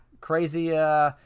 Crazy